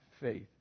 faith